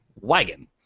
wagon